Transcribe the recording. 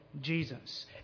Jesus